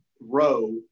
row